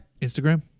Instagram